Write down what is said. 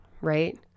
right